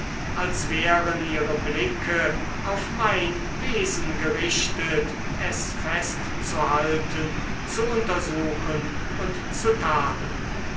als wären ihre blicke auf mein wesen gerichtet es festzuhalten zu untersuchen und zu tadeln